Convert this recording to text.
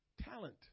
talent